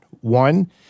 One